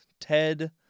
ted